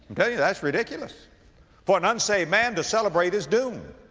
you that's ridiculous for an unsaved man to celebrate his doom.